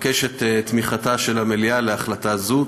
אבקש את תמיכתה של המליאה בהחלטה זו.